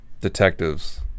detectives